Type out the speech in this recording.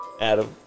Adam